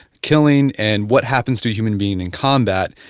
killing and what happens to human being in combat,